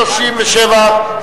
לסעיף 37(27)